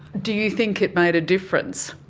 do you think it made a difference?